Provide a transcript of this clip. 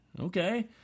Okay